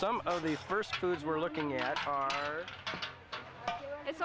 some of these first foods we're looking at how it's